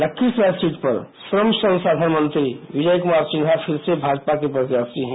Lakhisarai seat पर श्रम संसाधन मंत्री विजय कुमार सिन्हा फिर से भाजपा के प्रत्याशी है